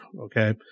okay